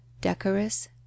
decorous